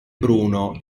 bruno